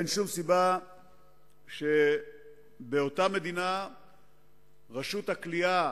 אין שום סיבה שבאותה מדינה גורם הכליאה,